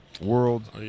World